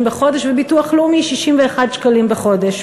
בחודש וביטוח לאומי 61 שקלים בחודש.